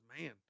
man